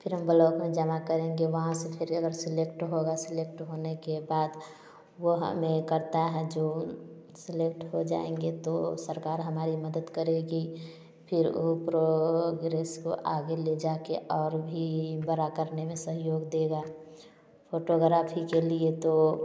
फिर हम ब्लॉक में जमा करेंगे वहाँ से फिर अगर सिलेक्ट हो गए सिलेक्ट होने के बाद वो हमें करता है जो सिलेक्ट हो जाएँगे तो सरकार हमारी मदद करेगी फिर ऊ प्रो ग्रीस को आगे ले जाके और भी बड़ा करने में सहयोग देगा फोटोग्राफी के लिए तो